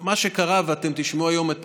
מה שקרה, ואתם תשמעו היום את פרופ'